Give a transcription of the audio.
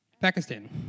Pakistan